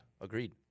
Agreed